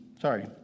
sorry